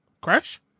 Crash